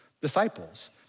disciples